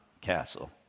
Castle